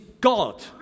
God